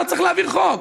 לא צריך להעביר חוק,